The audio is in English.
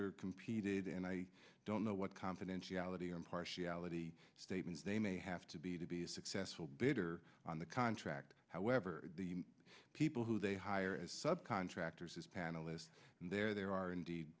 are competed and i don't know what confidentiality or impartiality statements they may have to be to be successful better on the contract however the people who they hire as sub contractors as panelists there there are indeed